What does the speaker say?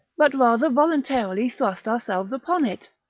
but rather voluntarily thrust ourselves upon it.